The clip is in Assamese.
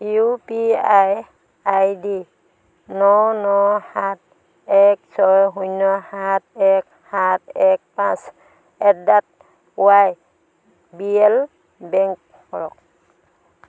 ইউ পি আই আইডি ন ন সাত এক ছয় শূন্য সাত এক সাত এক পাঁচ at the Y B L bank কৰক